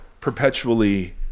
perpetually